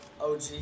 OG